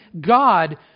God